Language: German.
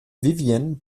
vivien